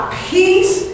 peace